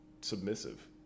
submissive